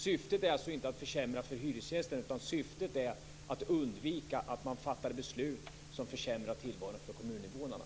Syftet är alltså inte att försämra för hyresgästerna, utan syftet är att undvika att man fattar beslut som försämrar tillvaron för kommuninvånarna.